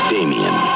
Damien